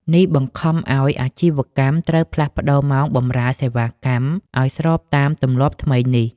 នេះបង្ខំឱ្យអាជីវកម្មត្រូវផ្លាស់ប្តូរម៉ោងបម្រើសេវាកម្មឱ្យស្របតាមទម្លាប់ថ្មីនេះ។